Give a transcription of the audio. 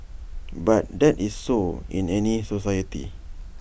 but that is so in any society